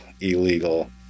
illegal